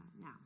now